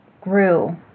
grew